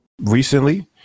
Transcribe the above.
Recently